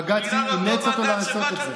בג"ץ אילץ אותו לעשות את זה.